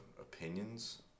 opinions